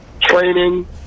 training